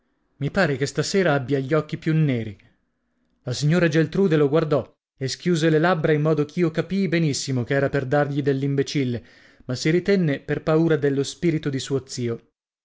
i pare che stasera abbia gli occhi più neri la signora geltrude lo guardò e schiuse le labbra in modo ch'io capii benissimo che era per dargli dell'imbecille ma si ritenne per paura dello spirito di suo zio